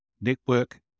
network